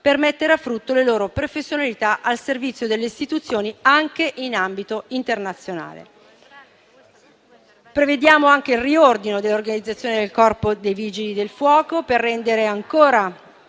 per mettere a frutto le loro professionalità al servizio delle istituzioni, anche in ambito internazionale. Prevediamo inoltre il riordino dell'organizzazione del Corpo dei vigili del fuoco per rendere ancora